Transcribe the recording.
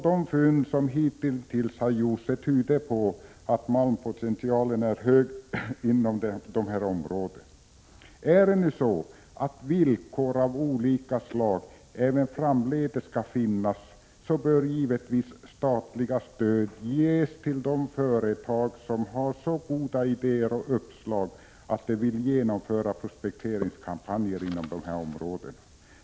De fynd som hitintills gjorts tyder på att malmpotentialen är hög. Om villkor av olika slag även framdeles skall finnas bör givetvis statliga stöd ges till de företag som har så goda idéer och uppslag att de vill genomföra prospekteringskampanjer inom dessa områden.